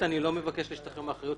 שנית, אני לא מבקש להשתחרר מאחריות.